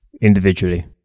individually